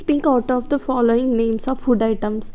speak out of the following names of food items